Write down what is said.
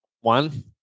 one